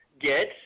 get